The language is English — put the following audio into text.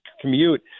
commute